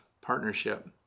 Partnership